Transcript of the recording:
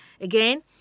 Again